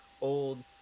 old